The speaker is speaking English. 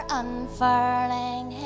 unfurling